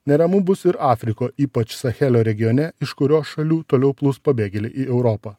neramu bus ir afrikoj ypač sachelio regione iš kurio šalių toliau plūs pabėgėliai į europą